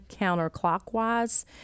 counterclockwise